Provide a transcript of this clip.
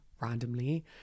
randomly